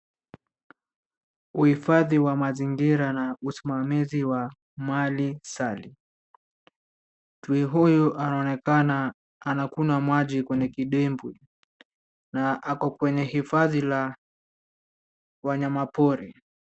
Uhifadhi wa mazingira na usimamizi wa mali sala. Chui huyu anaonekana anakunywa maji kwenye kidimbwi na ako kwenye hifadhi la wanyama pori.